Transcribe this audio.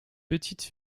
petite